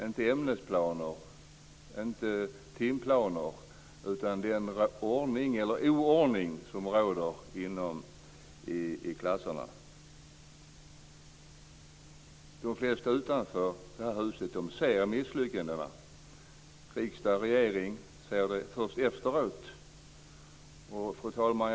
Inte ämnesplaner, inte timplaner, utan den ordning eller snarare oordning som råder i klasserna. De flesta utanför detta hus ser misslyckandena. Riksdag och regering ser dem först efteråt. Fru talman!